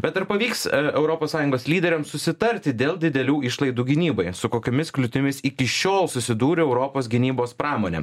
bet ar pavyks europos sąjungos lyderiams susitarti dėl didelių išlaidų gynybai su kokiomis kliūtimis iki šiol susidūrė europos gynybos pramonė